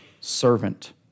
servant